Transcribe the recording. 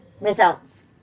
Results